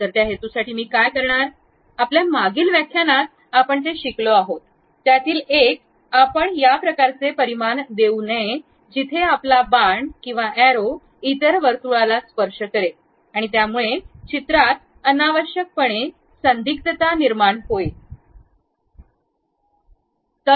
तर त्या हेतूसाठी मी काय करणार आहे आपल्या मागील व्याख्यानात आपण जे शिकलो आहोत त्यातील एक आपण या प्रकारचे परिमाण देऊ नये जिथे आपला बाण इतर वर्तुळाला स्पर्श करेल आणि यामुळे चित्रात अनावश्यकपणे संदिग्धता निर्माण होईल